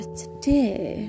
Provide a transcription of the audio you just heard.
today